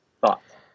Thoughts